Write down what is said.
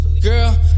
Girl